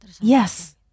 Yes